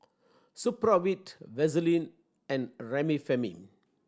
Supravit Vaselin and Remifemin